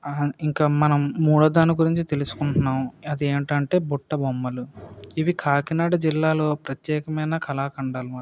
ఇంకా మనం మూడో దాని గురించి తెలుసుకుంటున్నాం అది ఏంటంటే బుట్ట బొమ్మలు ఇవి కాకినాడ జిల్లాలో ప్రత్యేకమైన కళా ఖండాలు అన్నమాట